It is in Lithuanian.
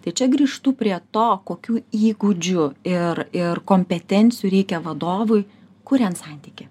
tai čia grįžtų prie to kokių įgūdžių ir ir kompetencijų reikia vadovui kuriant santykį